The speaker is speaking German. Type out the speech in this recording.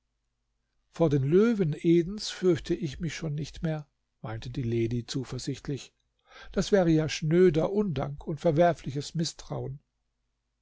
vor den löwen edens fürchte ich mich schon nicht mehr meinte die lady zuversichtlich das wäre ja schnöder undank und verwerfliches mißtrauen